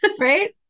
right